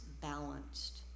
balanced